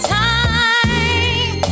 time